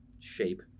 shape